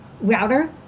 router